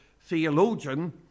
theologian